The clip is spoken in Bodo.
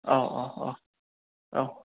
औ औ औ औ